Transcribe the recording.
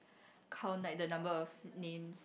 count like the number of names